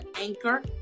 anchor